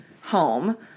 home